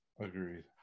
Agreed